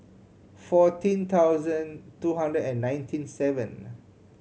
fourteen thousand two hundred and ninety seven